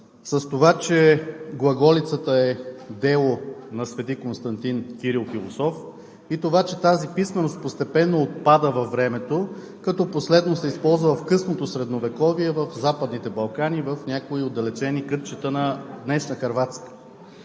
с това, че глаголицата е дело на свети Константин-Кирил Философ, че тази писменост постепенно отпада във времето, като последно се използва в Късното средновековие в Западните Балкани, в някои отдалечени кътчета на днешна Хърватска.